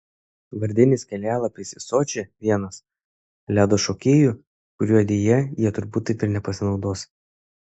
vardinis kelialapis į sočį vienas ledo šokėjų kuriuo deja jie turbūt taip ir nepasinaudos